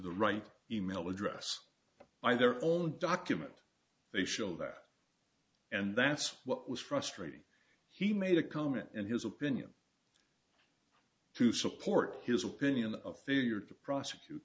the right email address by their own document they show that and that's what was frustrating he made a comment and his opinion to support his opinion of failure to prosecute